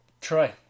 Troy